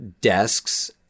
desks